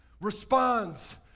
responds